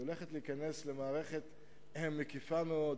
היא הולכת להיכנס למערכת מקיפה מאוד